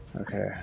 Okay